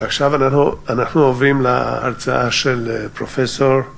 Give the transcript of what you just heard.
עכשיו אנחנו עוברים להרצאה של פרופסור